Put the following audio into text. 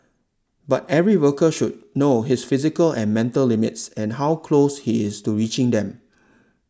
but every worker should know his physical and mental limits and how close he is to reaching them